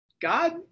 God